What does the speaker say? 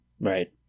Right